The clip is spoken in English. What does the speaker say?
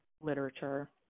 literature